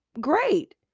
great